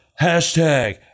hashtag